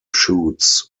shoots